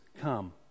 come